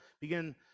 begin